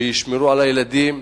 שישמור על הילדים,